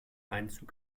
einzug